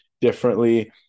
differently